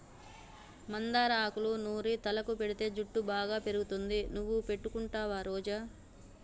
మందార ఆకులూ నూరి తలకు పెటితే జుట్టు బాగా పెరుగుతుంది నువ్వు పెట్టుకుంటావా రోజా